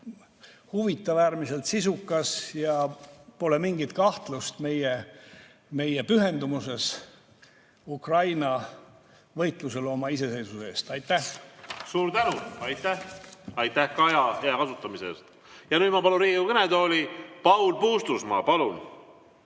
huvitav, äärmiselt sisukas ja pole mingit kahtlust meie pühendumuses Ukraina võitlusele oma iseseisvuse eest. Aitäh! Suur tänu! Aitäh ka aja hea kasutamise eest! Ja nüüd ma palun Riigikogu kõnetooli Paul Puustusmaa. Küsin